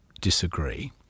disagree